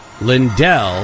Lindell